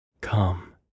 come